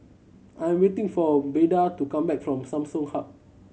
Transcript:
I'm waiting for Beda to come back from Samsung Hub